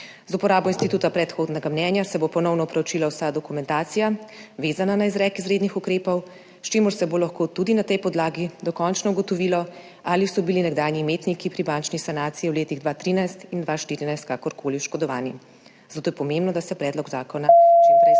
Z uporabo instituta predhodnega mnenja se bo ponovno preučila vsa dokumentacija, vezana na izrek izrednih ukrepov, s čimer se bo lahko tudi na tej podlagi dokončno ugotovilo, ali so bili nekdanji imetniki pri bančni sanaciji v letih 2013 in 2014 kakorkoli oškodovani, zato je pomembno, da se predlog zakona čim prej